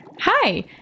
Hi